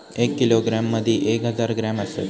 एक किलोग्रॅम मदि एक हजार ग्रॅम असात